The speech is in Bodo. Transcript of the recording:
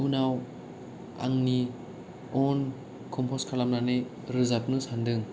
उनाव आंनि वन खमफस खालामनानै रोजाबनो सान्दों